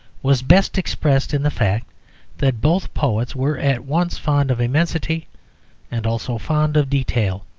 was best expressed in the fact that both poets were at once fond of immensity and also fond of detail.